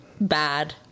bad